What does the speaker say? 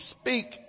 speak